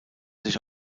sich